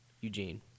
Eugene